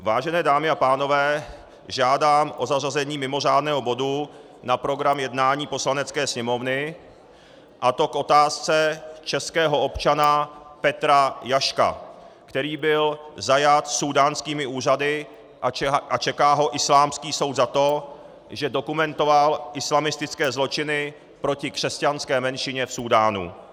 Vážené dámy a pánové, žádám o zařazení mimořádného bodu na program jednání Poslanecké sněmovny, a to k otázce českého občana Petra Jaška, který byl zajat súdánskými úřady a čeká ho islámský soud za to, že dokumentoval islamistické zločiny proti křesťanské menšině v Súdánu.